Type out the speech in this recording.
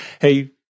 hey